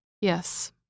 Yes